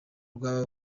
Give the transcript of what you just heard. rw’aba